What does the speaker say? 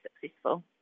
successful